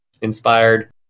inspired